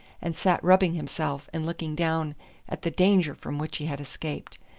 and sat rubbing himself and looking down at the danger from which he had escaped.